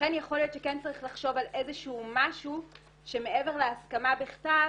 ולכן יכול להיות שצריך לחשוב על משהו שיכול לסייג מעבר להסכמה בכתב,